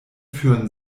führen